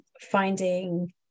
finding